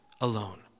alone